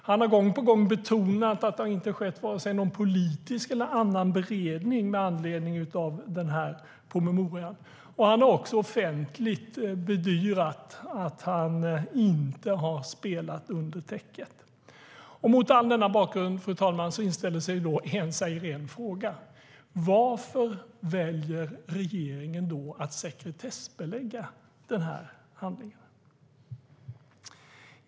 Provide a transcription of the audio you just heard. Han har gång på gång betonat att det inte har skett någon politisk eller annan beredning med anledning av den här promemorian. Han har också offentligt bedyrat att han inte har spelat under täcket. Mot denna bakgrund, fru talman, inställer sig en fråga: Varför väljer regeringen att sekretessbelägga den här handlingen?